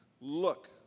look